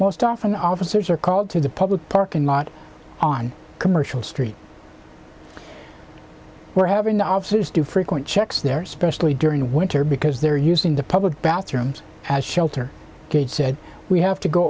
most often officers are called to the public parking lot on commercial street where having the officers do frequent checks there especially during the winter because they're using the public bathrooms as shelter gates said we have to go